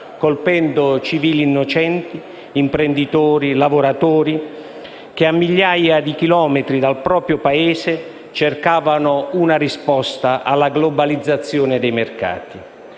colpendo civili innocenti, imprenditori e lavoratori che a migliaia di chilometri dal proprio Paese cercavano una risposta alla globalizzazione dei mercati.